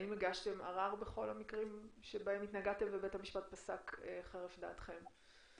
האם הגשתם ערר ובית המשפט פסק חרף דעתכם?